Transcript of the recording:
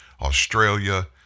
Australia